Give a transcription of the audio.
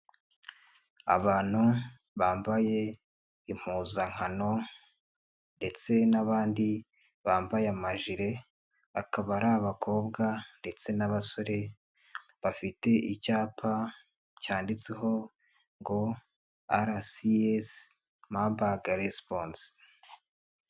Abantu bambaye impuzankano ndetse n'abandi bambaye amajire akaba ari abakobwa ndetse n'abasore bafite icyapa cyanditseho ngo RCS mabagi resiposi.